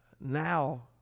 now